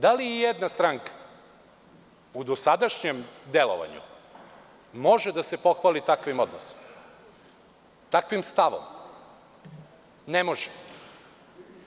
Da li i jedna stranka u dosadašnjem delovanju može da se pohvali takvim odnosom, takvim stavom?